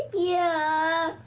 yeah.